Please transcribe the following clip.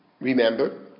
remember